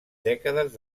dècades